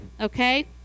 okay